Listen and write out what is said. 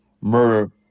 murder